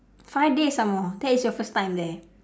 five days some more that is your first time there